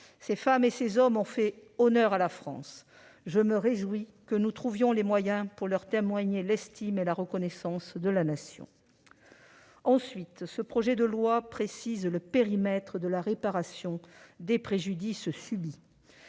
Ces femmes et ces hommes ont fait honneur à la France. Je me réjouis que nous trouvions les moyens de leur témoigner l'estime et la reconnaissance de la Nation. Ensuite, ce projet de loi précise le périmètre de la réparation des préjudices subis.